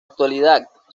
actualidad